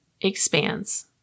expands